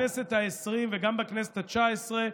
גם בכנסת העשרים וגם בכנסת את התשע-עשרה.